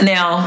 Now